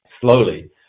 slowly